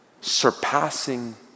surpassing